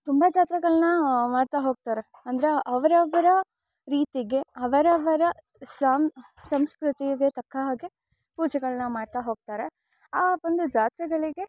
ತುಂಬ ಜಾತ್ರೆಗಳನ್ನ ಮಾಡ್ತಾ ಹೋಗ್ತಾರೆ ಅಂದರೆ ಅವರವರ ರೀತಿಗೆ ಅವರವರ ಸಾಮ್ ಸಂಸ್ಕೃತಿಗೆ ತಕ್ಕ ಹಾಗೆ ಪೂಜೆಗಳನ್ನ ಮಾಡ್ತಾ ಹೋಗ್ತಾರೆ ಆ ಒಂದು ಜಾತ್ರೆಗಳಿಗೆ